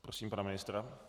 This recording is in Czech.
Prosím pana ministra.